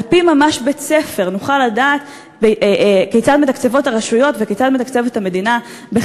ממש על-פי בית-ספר נוכל לדעת כיצד מתקצבות הרשויות וכיצד המדינה מתקצבת,